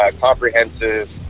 comprehensive